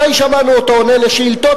מתי שמענו אותו עונה על שאילתות?